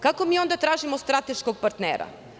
Kako mi onda tražimo strateškog partnera?